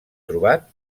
trobat